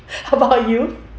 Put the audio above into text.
how about you